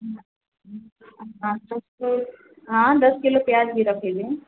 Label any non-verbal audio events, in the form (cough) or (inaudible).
(unintelligible) हाँ दस किलो प्याज़ भी रख दीजिए